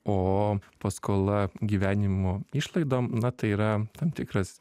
o paskola gyvenimo išlaidom na tai yra tam tikras